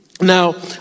Now